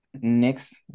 next